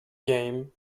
game